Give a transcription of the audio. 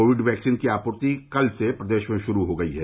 Covid vaccine की आपूर्ति कल से प्रदेश में शुरू हो गई है